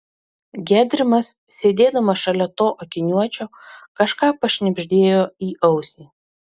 gedrimas sėdėdamas šalia to akiniuočio kažką pašnibždėjo į ausį